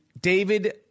David